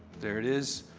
there it is.